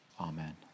Amen